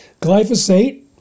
Glyphosate